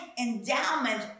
endowment